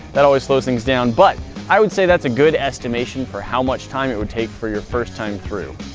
that always slows things down but i would say that's a good estimation for how much time it would take for your first time through.